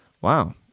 Wow